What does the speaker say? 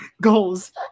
Goals